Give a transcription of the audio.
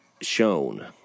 shown